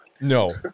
No